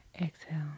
Exhale